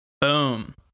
Boom